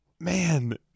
Man